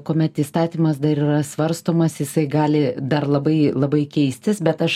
kuomet įstatymas dar yra svarstomas jisai gali dar labai labai keistis bet aš